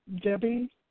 Debbie